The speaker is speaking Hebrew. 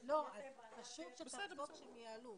חשוב שהם יעלו.